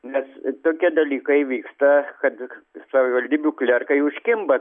nes tokie dalykai vyksta kad savivaldybių klerkai užkimba